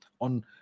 on